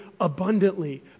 abundantly